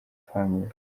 family